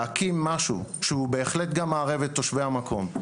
להקים משהו שהוא בהחלט גם מערב את תושבי המקום,